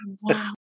Wow